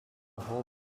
hole